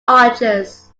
archers